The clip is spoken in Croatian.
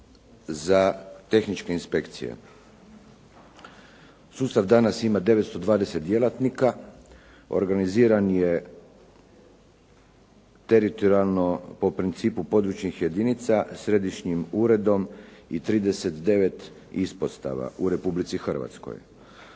za tehničke inspekcije. Sustav danas ima 920 djelatnika. Organiziran je teritorijalno po principu područnih jedinica, središnjim uredom i 39 ispostava u Republici Hrvatskoj.